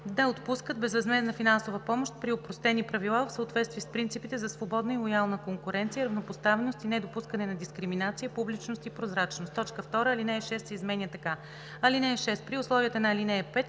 да отпускат безвъзмездна финансова помощ при опростени правила в съответствие с принципите за свободна и лоялна конкуренция, равнопоставеност и недопускане на дискриминация, публичност и прозрачност; 2. Ал. 6 се изменя така: „(6) При условията на ал. 5